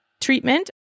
treatment